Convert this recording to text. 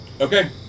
Okay